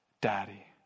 Daddy